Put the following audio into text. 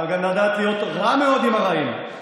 אבל גם לדעת להיות רע מאוד עם הרעים.